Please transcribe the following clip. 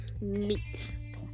meat